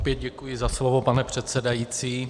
Opět děkuji za slovo, pane předsedající.